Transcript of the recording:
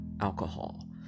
alcohol